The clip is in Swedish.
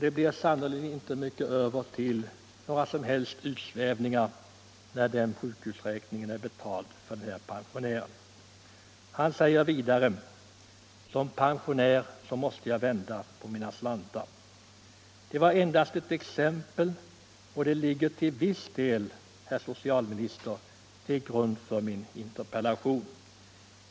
Det blir sannerligen inte mycket över till några som helst utsvävningar när den räkningen är betald. Han säger att han som pensionär måste vända på slantarna. Detta var endast ett exempel, men det ligger till viss del till grund för min interpellation.